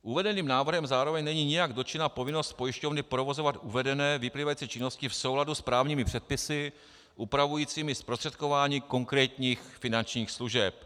Uvedeným návrhem zároveň není nijak dotčena povinnost pojišťovny provozovat uvedené vyplývající činnosti v souladu s právními předpisy upravujícími zprostředkování konkrétních finančních služeb.